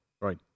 right